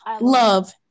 love